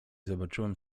zobaczyłem